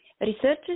Researchers